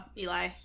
Eli